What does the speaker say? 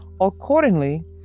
accordingly